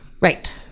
Right